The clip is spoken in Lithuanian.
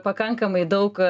pakankamai daug